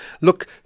look